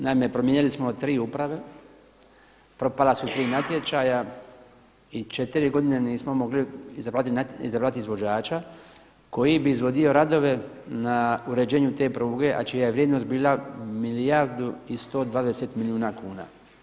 Naime, promijenili smo tri uprave, propala su tri natječaja i četiri godine nismo mogli izabrati izvođača koji bi izvodio radove na uređenju te pruge, a čija je vrijednost bila milijardu i 120 milijuna kuna.